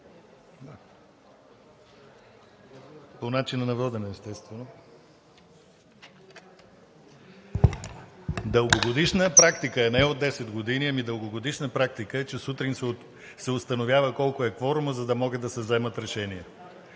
По начина на водене, естествено. (Шум и реплики.) Дългогодишна практика е, не е от 10 години, ами дългогодишна практика е, че сутрин се установява колко е кворумът, за да могат да се вземат решения.